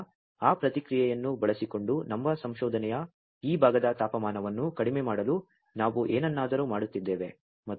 ಆದ್ದರಿಂದ ಆ ಪ್ರತಿಕ್ರಿಯೆಯನ್ನು ಬಳಸಿಕೊಂಡು ನಮ್ಮ ಸಂಶೋಧನೆಯ ಈ ಭಾಗದ ತಾಪಮಾನವನ್ನು ಕಡಿಮೆ ಮಾಡಲು ನಾವು ಏನನ್ನಾದರೂ ಮಾಡುತ್ತಿದ್ದೇವೆ